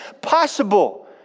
possible